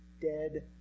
Dead